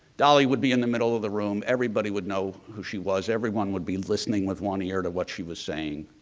dolley would be in the middle of the room, everybody would know who she was. everyone would be listening with one ear to what she was saying.